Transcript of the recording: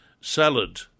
salad